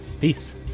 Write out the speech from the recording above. Peace